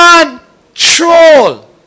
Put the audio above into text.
control